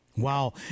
Wow